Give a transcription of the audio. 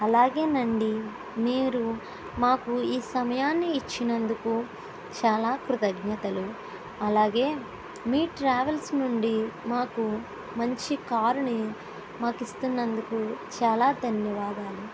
అలాగేనండి మీరు మాకు ఈ సమయాన్ని ఇచ్చినందుకు చాలా కృతజ్ఞతలు అలాగే మీ ట్రావెల్స్ నుండి మంచి కారుని మాకు ఇస్తున్నందుకు చాలా ధన్యవాదాలు